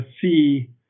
see